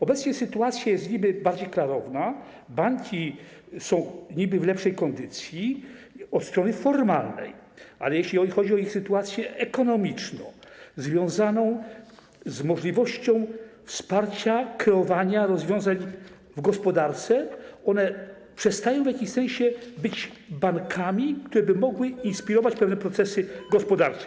Obecnie sytuacja jest niby bardziej klarowna, banki są niby w lepszej kondycji od strony formalnej, ale jeśli chodzi o ich sytuację ekonomiczną związaną z możliwością wsparcia, kreowania rozwiązań w gospodarce, przestają w jakimś sensie być bankami, które by mogły inspirować pewne procesy gospodarcze.